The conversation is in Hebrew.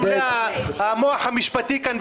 --- גם אני מסכים שלא צריך להיכנס לנפתולי המוח המשפטי כאן,